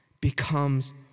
becomes